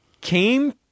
came